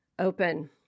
open